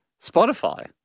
Spotify